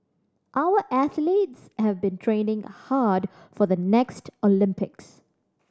our athletes have been training hard for the next Olympics